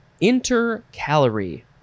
Intercalary